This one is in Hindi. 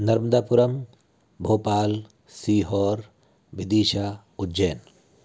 नर्मदापुरम भोपाल सीहोर विदीशा उज्जैन